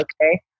Okay